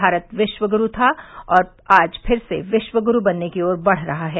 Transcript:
भारत विश्व गुरू था और आज फिर से विश्व गुरू बनने की ओर बढ़ रहा है